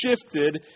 shifted